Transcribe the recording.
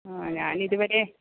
ആ ഞാൻ ഇതുവരെ